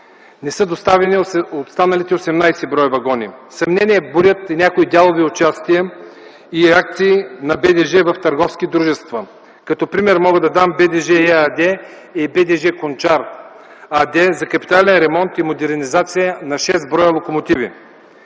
Не са доставени останалите 18 броя вагони. Съмнения будят и някои дялови участия и акции на БДЖ в търговски дружества. Като пример мога да дам „БДЖ” ЕАД и „БДЖ – Кончар” АД за капитален ремонт и модернизация на шест броя локомотиви.